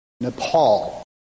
Nepal